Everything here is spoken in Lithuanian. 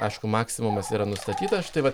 aišku maksimumas yra nustatytas štai vat